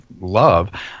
love